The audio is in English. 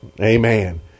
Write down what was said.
Amen